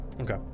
Okay